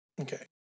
Okay